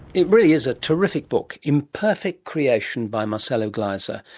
it really is a terrific book, imperfect creation by marcelo gleiser,